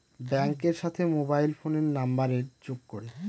ব্যাঙ্কের সাথে মোবাইল ফোনের নাম্বারের যোগ করে